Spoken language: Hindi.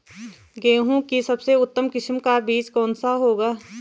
गेहूँ की सबसे उत्तम किस्म का बीज कौन सा होगा?